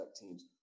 teams